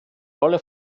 rolle